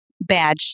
badge